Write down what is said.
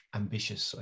ambitious